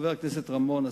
חבר הכנסת רמון,